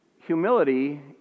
Humility